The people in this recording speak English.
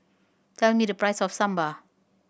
tell me the price of Sambar